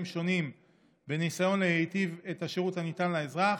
שונים בניסיון להיטיב את השירות הניתן לאזרח,